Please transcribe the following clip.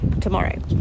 tomorrow